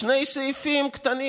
שני סעיפים קטנים.